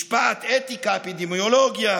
משפט, אתיקה, אפידמיולוגיה.